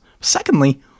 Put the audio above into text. Secondly